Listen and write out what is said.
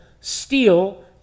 steal